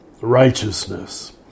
righteousness